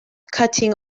cutting